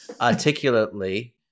articulately